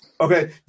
okay